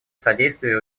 содействие